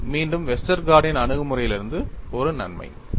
எனவே இது மீண்டும் வெஸ்டர்கார்டின் Westergaard's அணுகுமுறையிலிருந்து ஒரு நன்மை